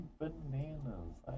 bananas